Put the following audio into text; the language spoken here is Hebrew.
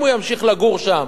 אם הוא ימשיך לגור שם,